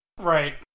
Right